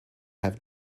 have